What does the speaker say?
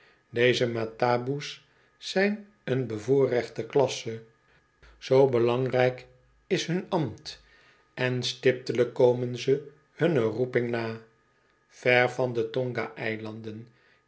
deze mataboe's zijn een bevoorrechte klasse zoo belangrijk is hun ambt en stipt olijk komen ze hunne roeping na ver van de